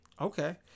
Okay